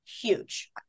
huge